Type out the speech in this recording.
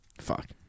Fuck